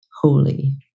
holy